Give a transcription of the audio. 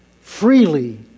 freely